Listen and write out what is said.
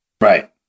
Right